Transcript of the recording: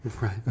Right